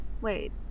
wait